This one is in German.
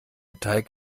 teig